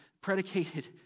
predicated